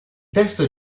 testo